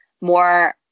more